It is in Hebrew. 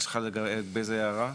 יש לך לגבי זה הערה?